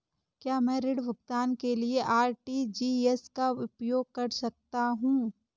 क्या मैं ऋण भुगतान के लिए आर.टी.जी.एस का उपयोग कर सकता हूँ?